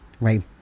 right